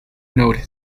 noted